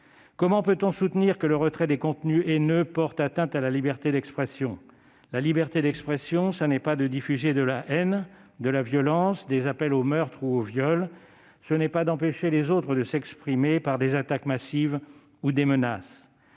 Comment peut-on soutenir que le retrait des contenus haineux porte atteinte à la liberté d'expression ? La liberté d'expression, ce n'est pas la diffusion de la haine, de la violence, des appels au meurtre ou au viol ; ce n'est pas non plus empêcher les autres de s'exprimer par des attaques massives ou des menaces.